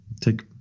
take